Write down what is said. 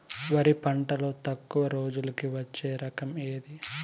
వరి పంటలో తక్కువ రోజులకి వచ్చే రకం ఏది?